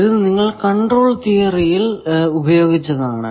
ഇത് നിങ്ങൾ കണ്ട്രോൾ തിയറിയിൽ ഉപയോഗിച്ചതാണ്